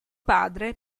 padre